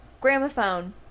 Gramophone